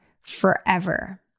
forever